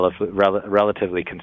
relatively